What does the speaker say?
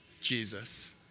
Jesus